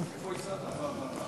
איפה הצעת, רווחה?